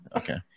okay